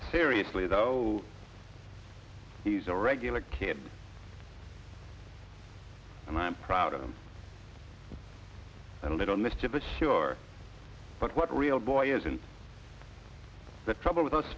seriously though he's a regular kid and i'm proud of him and a little mischievous sure but what real boy isn't the trouble with us